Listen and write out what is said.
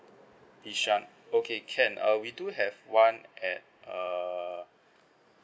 bishan okay can uh we do have one at err